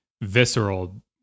visceral